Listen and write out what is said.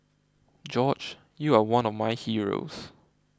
George you are one of my heroes